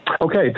Okay